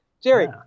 Jerry